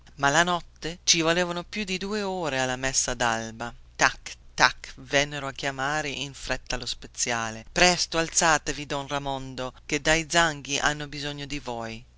ma la notte ci volevano più di due ore alla messa dellalba tac tac vennero a chiamare in fretta lo speziale presto alzatevi don ramondo chè dai zanghi hanno bisogno di voi